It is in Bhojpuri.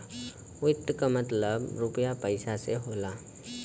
वित्त क मतलब रुपिया पइसा से होला